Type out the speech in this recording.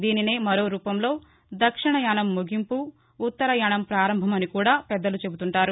దీనినే మరో రూపంలో దక్షిణాయనం ముగింపు ఉత్తరాయణం పారంభమని కూడా పెద్దలు చెబుతుంటారు